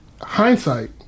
Hindsight